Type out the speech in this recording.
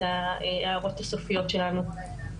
את ההערות הסופיות שלנו.